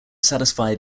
satisfy